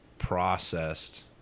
processed